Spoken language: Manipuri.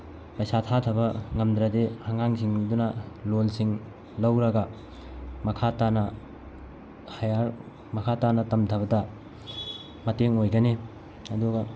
ꯄꯩꯁꯥ ꯊꯥꯊꯕ ꯉꯝꯗ꯭ꯔꯗꯤ ꯑꯉꯥꯡꯁꯤꯡꯗꯨꯅ ꯂꯣꯟꯁꯤꯡ ꯂꯧꯔꯒ ꯃꯈꯥ ꯇꯥꯅ ꯍꯥꯏꯌꯔ ꯃꯈꯥ ꯇꯥꯅ ꯇꯝꯊꯕꯗ ꯃꯇꯦꯡ ꯑꯣꯏꯒꯅꯤ ꯑꯗꯨꯒ